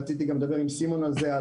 רציתי גם לדבר עם סימון על זה.